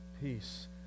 peace